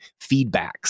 feedbacks